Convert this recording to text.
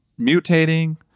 mutating